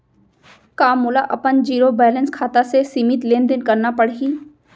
का मोला अपन जीरो बैलेंस खाता से सीमित लेनदेन करना पड़हि?